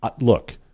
look